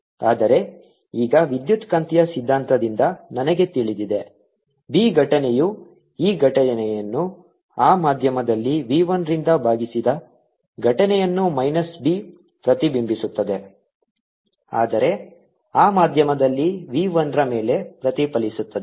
ಆದರೆ ಈಗ ವಿದ್ಯುತ್ಕಾಂತೀಯ ಸಿದ್ಧಾಂತದಿಂದ ನನಗೆ ತಿಳಿದಿದೆ b ಘಟನೆಯು e ಘಟನೆಯನ್ನು ಆ ಮಾಧ್ಯಮದಲ್ಲಿ v 1 ರಿಂದ ಭಾಗಿಸಿದ ಘಟನೆಯನ್ನು ಮೈನಸ್ b ಪ್ರತಿಬಿಂಬಿಸುತ್ತದೆ ಆದರೆ ಆ ಮಾಧ್ಯಮದಲ್ಲಿ v 1 ರ ಮೇಲೆ ಪ್ರತಿಫಲಿಸುತ್ತದೆ